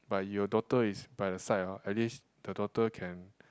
but your daughter is by the side ah at least the daughter can